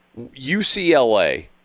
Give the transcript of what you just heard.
UCLA